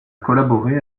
collaboré